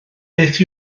beth